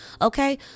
Okay